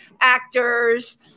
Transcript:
actors